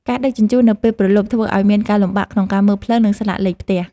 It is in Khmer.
ការដឹកជញ្ជូននៅពេលព្រលប់ធ្វើឱ្យមានការលំបាកក្នុងការមើលផ្លូវ និងស្លាកលេខផ្ទះ។